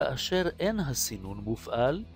‫כאשר אין הסינון מופעל.